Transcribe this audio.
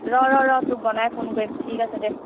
ৰ ৰ ৰ তোক বনাই ফোন কৰিম ঠিক আছে দে